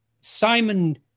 Simon